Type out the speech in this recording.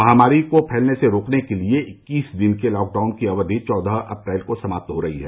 महामारी को फैलने से रोकने के लिए इक्कीस दिन के लॉकडाउन की अवधि चौदह अप्रैल को समाप्त हो रही है